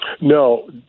No